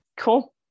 Cool